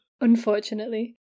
Unfortunately